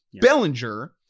Bellinger